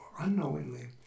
unknowingly